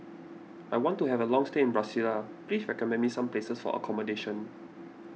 I want to have a long stay in Brasilia please recommend me some places for accommodation